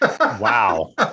Wow